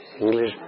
English